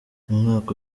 umwaka